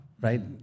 right